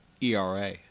ERA